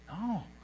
No